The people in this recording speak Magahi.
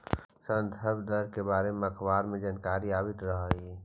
संदर्भ दर के बारे में अखबार में जानकारी आवित रह हइ